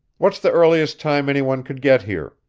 what's the earliest time any one could get here?